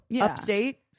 Upstate